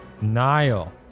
Nile